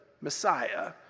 messiah